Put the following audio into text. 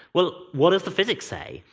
well, what does the physics say?